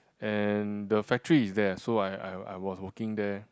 and the factory is there so I I I was working there